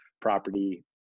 property